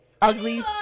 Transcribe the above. ugly